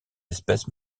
espèces